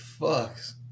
fucks